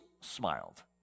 smiled